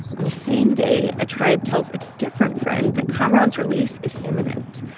on the same day, a tribe tells a different friend that kamaran's release is imminent.